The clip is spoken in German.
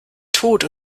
tod